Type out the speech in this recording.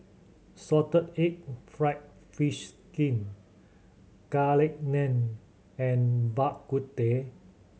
salted egg fried fish skin Garlic Naan and Bak Kut Teh